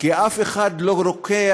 כי אף אחד לא רוקח